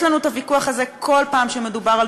יש לנו ויכוח על זה כל פעם שמדובר על